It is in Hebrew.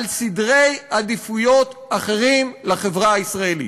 על סדרי עדיפויות אחרים לחברה הישראלית.